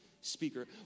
speaker